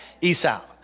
Esau